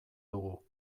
dugu